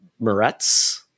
Moretz